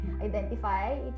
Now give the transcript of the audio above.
Identify